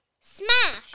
Smash